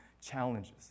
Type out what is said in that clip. challenges